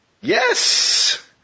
Yes